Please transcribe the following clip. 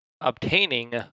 obtaining